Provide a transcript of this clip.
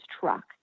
truck